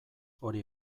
hori